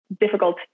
difficult